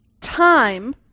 Time